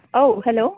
औ हेल'